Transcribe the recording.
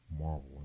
Marvel